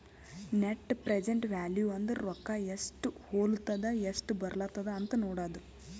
net present value ಅಂದುರ್ ರೊಕ್ಕಾ ಎಸ್ಟ್ ಹೊಲತ್ತುದ ಎಸ್ಟ್ ಬರ್ಲತ್ತದ ಅಂತ್ ನೋಡದ್ದ